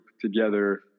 together